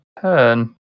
turn